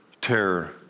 terror